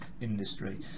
industry